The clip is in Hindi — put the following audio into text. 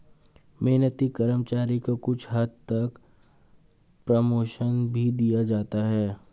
मेहनती कर्मचारी को कुछ हद तक प्रमोशन भी दिया जाता है